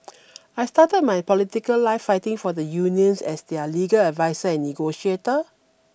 I started my political life fighting for the unions as their legal adviser and negotiator